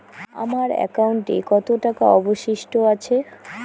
আমার একাউন্টে কত টাকা অবশিষ্ট আছে?